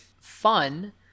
fun